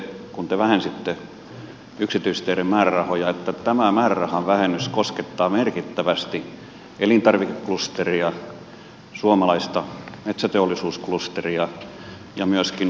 ymmärsittekö te kun te vähensitte yksityisteiden määrärahoja että tämä määrärahan vähennys koskettaa merkittävästi elintarvikeklusteria suomalaista metsäteollisuusklusteria ja myöskin huoltovarmuutta